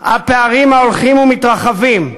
הפערים הולכים ומתרחבים,